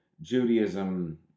Judaism